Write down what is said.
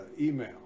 email